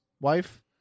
wife